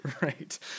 Right